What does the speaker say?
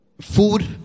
food